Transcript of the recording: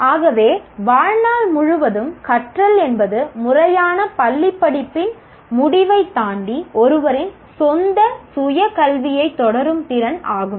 ஆகவே வாழ்நாள் முழுவதும் கற்றல் என்பது முறையான பள்ளிப்படிப்பின் முடிவைத் தாண்டி ஒருவரின் சொந்த சுய கல்வியைத் தொடரும் திறன் ஆகும்